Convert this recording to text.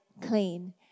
clean